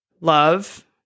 love